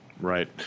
Right